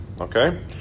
Okay